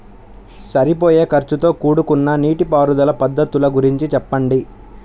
సరిపోయే ఖర్చుతో కూడుకున్న నీటిపారుదల పద్ధతుల గురించి చెప్పండి?